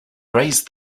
raise